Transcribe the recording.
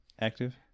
active